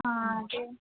ആ ഓക്കെ